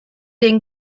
den